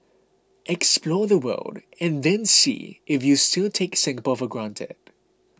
explore the world and then see if you still take Singapore for granted